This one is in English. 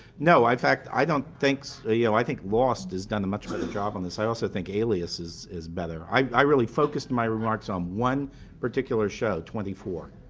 no in fact i don't think ah you know i think lost has done a much better job on this. i also think alias is is better. i really focused my remarks on one particular show twenty four.